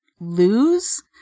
lose